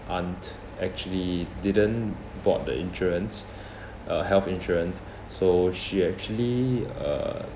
aunt actually didn't bought the insurance uh health insurance so she actually uh